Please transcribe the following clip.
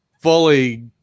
fully